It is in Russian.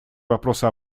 вопроса